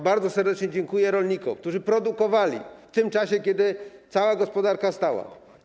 Bardzo serdecznie dziękuję rolnikom, którzy produkowali w tym czasie, kiedy cała gospodarka stała.